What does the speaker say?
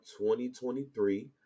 2023